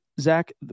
Zach